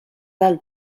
del